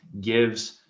gives